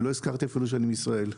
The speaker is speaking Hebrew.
לא הזכרתי אפילו שאני מישראל.